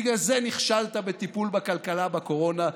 בגלל זה נכשלת בטיפול בכלכלה בקורונה,